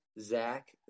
Zach